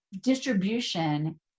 distribution